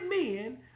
men